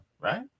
right